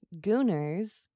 gooners